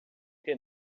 que